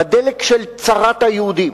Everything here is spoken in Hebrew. בדלק של צרת היהודים.